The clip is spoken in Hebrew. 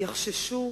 יחששו